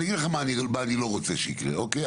אני אגיד לך מה אני לא רוצה שיקרה, אוקיי?